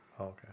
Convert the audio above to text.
Okay